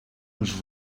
els